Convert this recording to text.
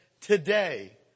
today